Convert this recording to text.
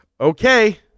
Okay